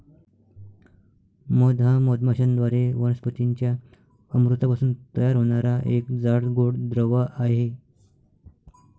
मध हा मधमाश्यांद्वारे वनस्पतीं च्या अमृतापासून तयार होणारा एक जाड, गोड द्रव आहे